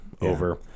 over